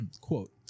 Quote